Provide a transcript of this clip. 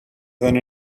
than